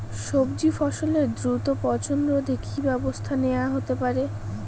সবজি ফসলের দ্রুত পচন রোধে কি ব্যবস্থা নেয়া হতে পারে?